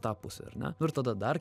tą pusę ar ne nu ir tada dar